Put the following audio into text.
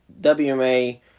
wma